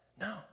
No